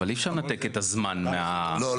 אבל אי אפשר לנתק את הזמן מ --- לא,